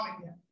again